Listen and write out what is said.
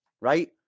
right